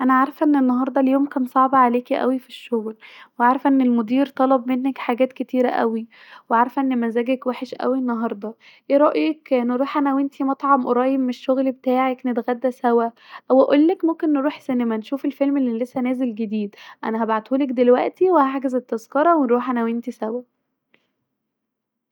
انا عارفه أن انهارده اليوم كان صعب عليكي اوي في الشغل وعارفه ان المدير طلب منك حاجات كتيره اوي وعارفه ان مزاجك وحش اوي انهارده ايه رايك نروح انا وانتي مطعم قريب من الشغل بتاعك نتغدي سوا أو بقولك ممكن نروح سينما نشوف الفيلم الي لسا نازل جديد انا هبعتهولك دلوقتي وهحجز التذكره نروح انا وانتي سوا